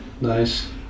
Nice